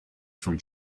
from